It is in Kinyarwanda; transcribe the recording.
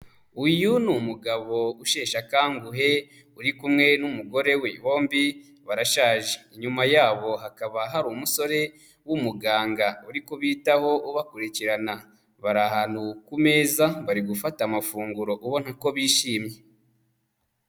Uyu ni umugabo usheshe akanguhe uri kumwe n'umugore we, bombi barashaje, inyuma yabo hakaba hari umusore w'umuganga uri kubitaho ubakurikirana, bari ahantu ku meza bari gufata amafunguro ubonako bishimye.